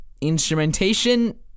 instrumentation